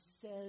says